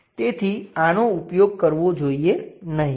તેથી આનો ઉપયોગ કરવો જોઈએ નહીં